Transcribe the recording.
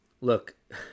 Look